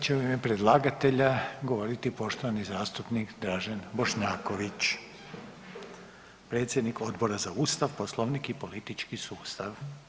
I sada će u ime predlagatelja govoriti poštovani zastupnik Dražen Bošnjaković predsjednik Odbora za Ustav, Poslovnik i politički sustav.